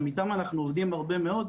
גם איתם אנחנו עובדים הרבה מאוד,